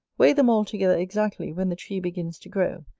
weigh them all together exactly when the tree begins to grow,